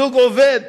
זוג עובד,